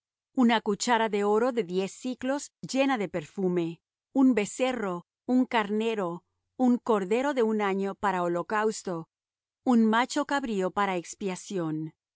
una cuchara de oro de diez siclos llena de perfume un becerro un carnero un cordero de un año para holocausto un macho cabrío para expiación